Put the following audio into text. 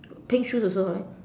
pink shoes also right